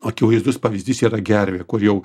akivaizdus pavyzdys yra gervė kur jau